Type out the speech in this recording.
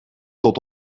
tot